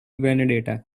vendetta